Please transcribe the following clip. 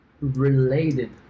Related